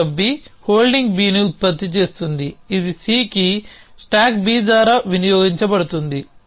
pickup B హోల్డింగ్ B ని ఉత్పత్తి చేస్తుంది ఇది C కి స్టాక్ B ద్వారా వినియోగించబడుతుంది